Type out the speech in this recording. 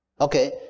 okay